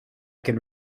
can